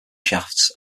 shafts